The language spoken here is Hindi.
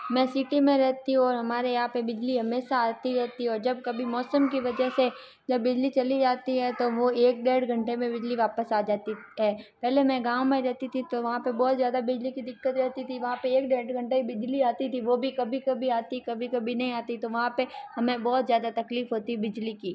मैं सिटी में रहती हूँ और हमारे यहाँ पे बिजली हमेशा आती रहती है और जब कभी मौसम की वजह से जब बिजली चली जाती है तो वो एक डेढ़ घंटे में बिजली वापस आ जाती है पहले मैं गांव में रहती थी तो वहाँ पे बहुत ज़्यादा बिजली की दिक्कत रहती थी वहाँ पे एक डेढ़ घंटे बिजली आती थी वो भी कभी कभी आती कभी कभी नहीं आती तो वहाँ पे हमें बहुत ज़्यादा तकलीफ़ होती बिजली की